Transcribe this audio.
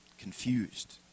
confused